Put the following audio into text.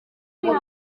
ngo